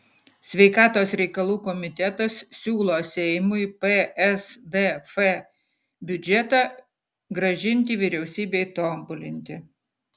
sveikatos reikalų komitetas siūlo seimui psdf biudžetą grąžinti vyriausybei tobulinti